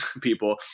people